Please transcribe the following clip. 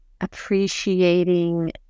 appreciating